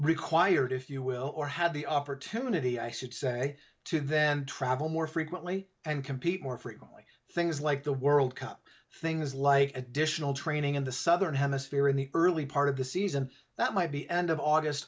required if you will or had the opportunity i sit say to then travel more frequently and compete more frequently things like the world cup things like additional training in the southern hemisphere in the early part of the season that might be end of august